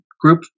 group